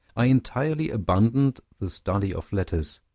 i entirely abandoned the study of letters,